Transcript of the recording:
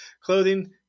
clothing